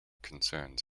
concerns